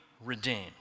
redeemed